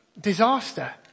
Disaster